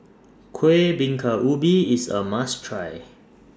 Kuih Bingka Ubi IS A must Try